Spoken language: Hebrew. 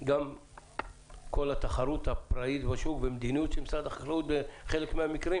גם כל התחרות הפראית בשוק ומדיניות של משרד החקלאות בחלק מהמקרים.